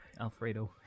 Alfredo